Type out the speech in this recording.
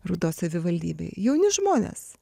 rūdos savivaldybėj jauni žmonės